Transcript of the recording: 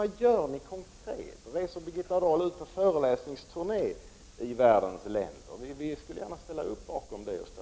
Vad gör ni alltså konkret? Reser Birgitta Dahl på föreläsningsturné i olika länder i världen? Vi skulle i så fall gärna stötta miljöministern.